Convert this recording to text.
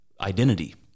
identity